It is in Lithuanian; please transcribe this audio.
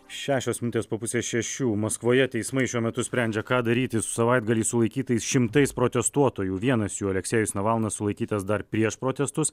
šešios minutės po pusės šešių maskvoje teismai šiuo metu sprendžia ką daryti su savaitgalį sulaikytais šimtais protestuotojų vienas jų aleksejus navalnas sulaikytas dar prieš protestus